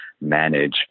manage